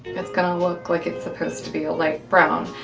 it's gonna look like it's supposed to be a light brown.